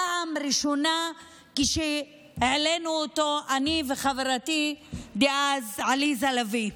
פעם ראשונה כשהעלינו אותו אני וחברתי דאז עליזה לביא.